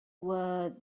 were